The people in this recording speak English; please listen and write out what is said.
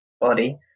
body